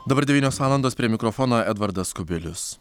dabar devynios valandos prie mikrofono edvardas kubilius